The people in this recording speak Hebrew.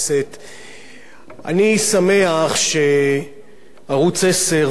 אני שמח שערוץ-10 והחדשות המקומיות